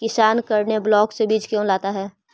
किसान करने ब्लाक से बीज क्यों लाता है?